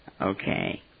Okay